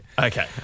Okay